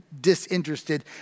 disinterested